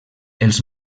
els